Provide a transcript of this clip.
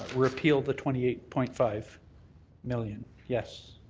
repeal the twenty eight point five million. yes.